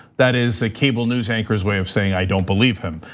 that is a cable news anchors way of saying i don't believe him.